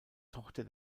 tochter